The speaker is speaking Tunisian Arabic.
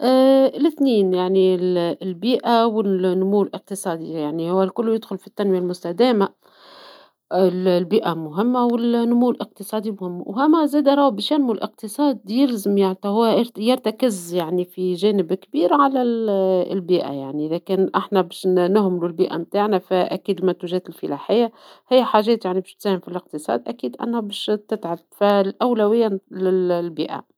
اه الإثنين يعني البيئة والنمو الإقتصادي يعني هو الكل يدخل في التنمية المستدامة، ال-البيئة مهمة والنمو الإقتصادي مهم، وها ما زاد راهو بش ينمو الإقتصاد يلزم يع فهو يركز يعني في جانب كبير على البيئة لكن إحنا بيش نهملوا البيئة بتاعنا فأكيد المنتوجات الفلاحية هي حاجات يعني باش تساهم في الإقتصاد أكيد إنها باش تتعب، فالأولوية للبيئة.